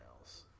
else